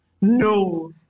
No